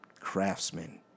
craftsman